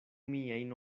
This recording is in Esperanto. miajn